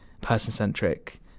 person-centric